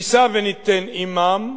נישא וניתן עמם,